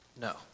No